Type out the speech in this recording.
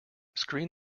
screen